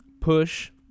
push